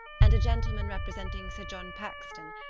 and a gentleman representing sir john paxton,